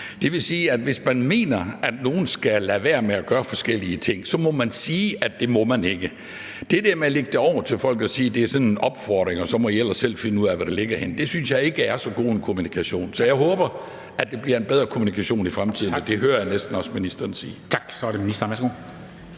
Det vil sige, at hvis man mener, at nogen skal lade være med at gøre forskellige ting, må man sige, at det må man ikke. Det der med at lægge det over til folk og sige, at det er sådan en opfordring, og at man så ellers selv må finde ud af, hvad der ligger i det, synes jeg ikke er så god en kommunikation. Så jeg håber, at der bliver en bedre kommunikation i fremtiden, og det hører jeg næsten også ministeren sige. Kl. 15:44 Formanden (Henrik